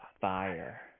fire